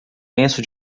lenço